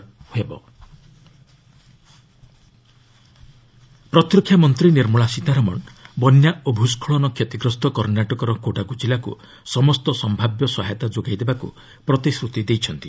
Karnataka flood ପ୍ରତିରକ୍ଷା ମନ୍ତ୍ରୀ ନିର୍ମଳା ସୀତାରମଣ ବନ୍ୟା ଓ ଭୂସ୍କଳନ କ୍ଷତିଗ୍ରସ୍ତ କର୍ଷାଟକର କୋଡାଗୁ ଜିଲ୍ଲାକୁ ସମସ୍ତ ସମ୍ଭାବ୍ୟ ସହାୟତା ଯୋଗାଇ ଦେବାକୁ ପ୍ରତିଶ୍ରତି ଦେଇଛନ୍ତି